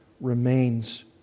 remains